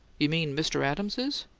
you mean mr. adams is?